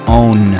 own